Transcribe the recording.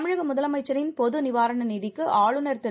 தமிழகமுதலமைச்சரின்பொதுநிவாரணநிதிக்கு ஆளுநர்திரு